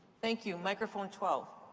thank you. microphone twelve.